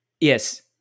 Yes